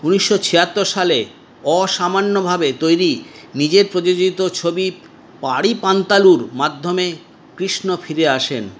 ঊনিশশো ছিয়াত্তর সালে অসামান্যভাবে তৈরি নিজের প্রযোজিত ছবি পাড়ি পান্তালুর মাধ্যমে কৃষ্ণ ফিরে আসেন